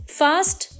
fast